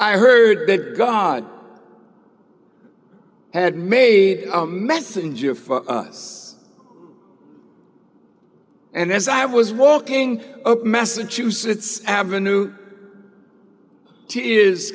i heard that god had made a messenger for us and as i was walking up massachusetts avenue